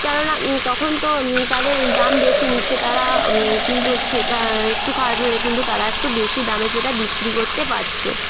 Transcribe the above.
কেননা তখন তো তাদের দাম বেশি নিচ্ছে তারা কিন্তু খেটা একটু খাটলে কিন্তু তারা একটু বেশি দামে সেটা বিক্রি করতে পাচ্ছে